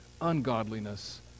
ungodliness